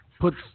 puts